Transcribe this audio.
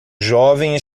jovem